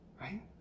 right